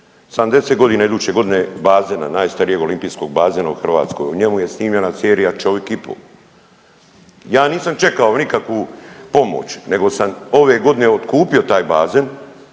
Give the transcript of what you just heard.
Sinju, 70 godina iduće godine bazena, najstarijeg olimpijskog bazena u Hrvatskoj. U njemu je snimljena serija Čovjek i pol. Ja nisam čovjek i pol, ja nisam čekao nikakvu pomoć, nego sam ove godine otkupio taj bazen